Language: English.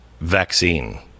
vaccine